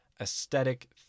aesthetic